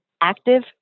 active